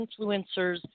influencers